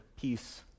peace